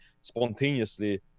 spontaneously